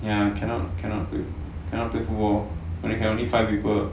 ya cannot cannot play football can only five people